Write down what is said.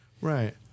right